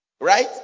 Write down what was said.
Right